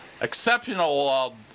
exceptional